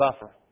buffer